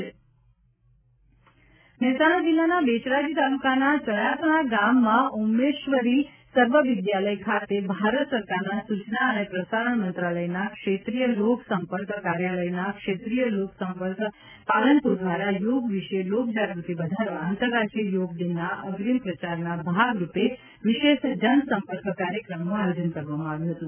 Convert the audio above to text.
યોગ મહેસાણા મહેસાણા જિલ્લાના બેચરાજી તાલુકાના ચડાસણા ગામમાં ઉમેશ્વરી સર્વ વિદ્યાલય ખાતે ભારત સરકારના સૂચના અને પ્રસારણ મંત્રાલયના ક્ષેત્રિય લોકસંપર્ક કાર્યાલયના ક્ષેત્રિય લોકસંપર્ક કાર્યાલય પાલનપુર દ્વારા યોગ વિશે લોગજાગૃતિ વધારવા આંતરરાષ્ટ્રીય યોગ દિનના અપ્રિમ પ્રચારના ભાગરૂપે વિશેષ જનસંપર્ક કાર્યક્રમનું આયોજન કરવામાં આવ્યું હતું